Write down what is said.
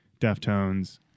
Deftones